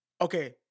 okay